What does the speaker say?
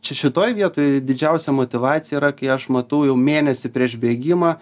čia šitoj vietoj didžiausia motyvacija yra kai aš matau jau mėnesį prieš bėgimą